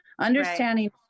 understanding